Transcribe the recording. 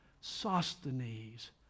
Sosthenes